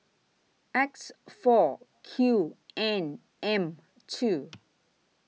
X four Q N M two